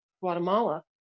Guatemala